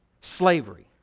slavery